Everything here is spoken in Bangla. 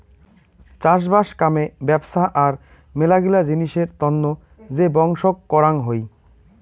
চাষবাস কামে ব্যপছা আর মেলাগিলা জিনিসের তন্ন যে বংশক করাং হই